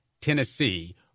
Tennessee